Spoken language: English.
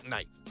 Night